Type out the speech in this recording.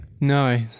no